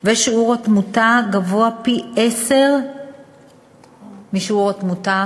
ושיעור התמותה גבוה פי-עשרה משיעור התמותה